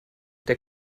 der